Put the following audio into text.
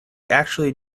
actually